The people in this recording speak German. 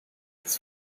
das